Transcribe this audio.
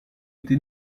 été